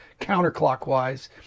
counterclockwise